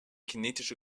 kinetische